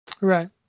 Right